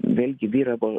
vėlgi vyravo